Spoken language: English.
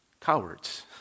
cowards